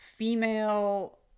Female